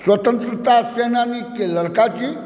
स्वतंत्रता सेनानीके लड़का छी